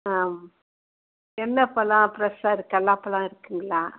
ஆ என்ன பழம் ஃப்ரெஷ்ஷாக இருக்குது எல்லா பழம் இருக்குங்குளா